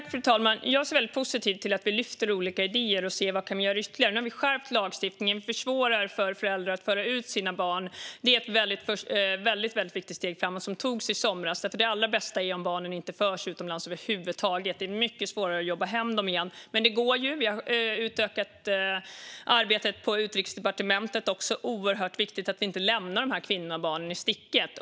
Fru talman! Jag ser väldigt positivt på att vi lyfter fram olika idéer och ser vad vi ytterligare kan göra. Nu har vi skärpt lagstiftningen och försvårar för föräldrar att föra ut sina barn. Det är ett första väldigt viktigt steg som togs i somras. Det allra bästa är ju om barnen över huvud taget inte förs utomlands. Det är mycket svårare att jobba hem dem igen. Det går dock. Vi har utökat detta arbete på Utrikesdepartementet. Det är väldigt viktigt att vi inte lämnar dessa kvinnor och barn i sticket.